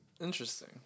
Interesting